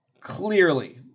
clearly